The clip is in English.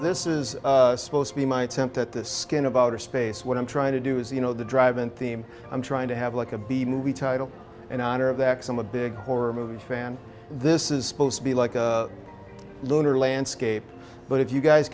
this is supposed to be my attempt at the skin about a space what i'm trying to do is you know the drive and theme i'm trying to have like a b movie title and honor of that some a big horror movie fan this is supposed to be like a lunar landscape but if you guys